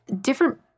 different